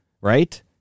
Right